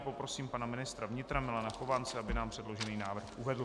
Poprosím pana ministra vnitra Milana Chovance, aby nám předložený návrh uvedl.